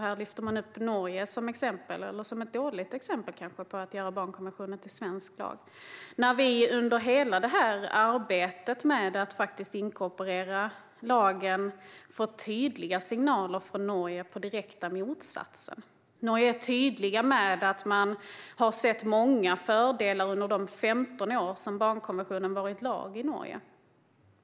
Här lyfter man också upp Norge som ett dåligt exempel när det gäller att göra barnkonventionen till svensk lag. Vi har under hela arbetet med att inkorporera lagen fått tydliga signaler på den direkta motsatsen. I Norge är de tydliga med att de har sett många fördelar under de 15 år som barnkonventionen har varit lag i Norge.